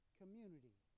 community